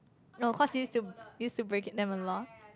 no cause use to use to break it them a lot